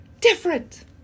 different